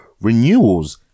renewals